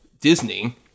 Disney